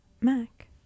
mac